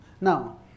Now